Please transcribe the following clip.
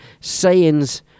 sayings